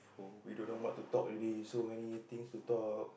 we don't know what to talk already so many things to talk